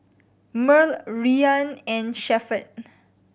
Murl Rian and Shepherd